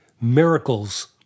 miracles